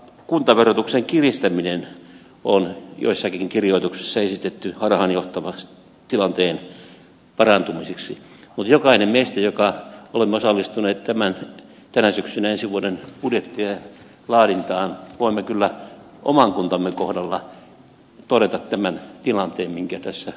jopa kuntaverotuksen kiristäminen on joissakin kirjoituksissa esitetty harhaanjohtavasti tilanteen parantumiseksi mutta kaikki me jotka olemme osallistuneet tänä syksynä ensi vuoden budjetin laadintaan voimme kyllä oman kuntamme kohdalla todeta tämän tilanteen minkä tässä kerroin